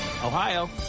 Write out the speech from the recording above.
Ohio